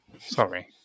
Sorry